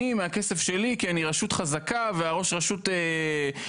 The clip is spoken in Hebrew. אני מהכסף שלי כי אני רשות חזקה וראש הרשות מתעדף,